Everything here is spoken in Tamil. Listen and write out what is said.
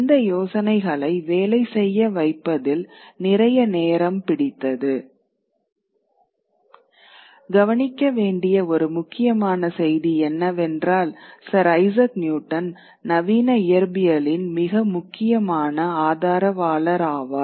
இந்த யோசனைகளை வேலை செய்ய வைப்பதில் நிறைய நேரம் பிடித்தது கவனிக்க வேண்டிய ஒரு முக்கியமான செய்தி என்னவென்றால் சர் ஐசக் நியூட்டன் நவீன இயற்பியலின் மிக முக்கியமான ஆதரவாளர் ஆவார்